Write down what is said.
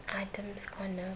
Adam's Corner